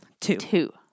Two